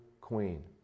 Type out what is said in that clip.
queen